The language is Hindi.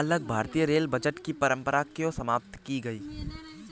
अलग भारतीय रेल बजट की परंपरा क्यों समाप्त की गई?